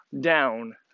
down